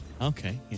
Okay